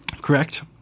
Correct